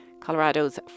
Colorado's